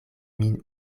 min